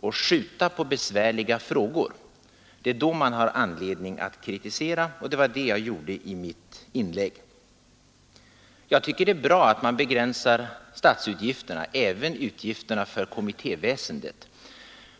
och skjuta på besvärliga frågor, det är då man har anledning att kritisera. Och det var det jag gjorde i mitt inlägg. Jag tycker det är bra att man begränsar statsutgifterna, även utgifterna för kommittéväsendet.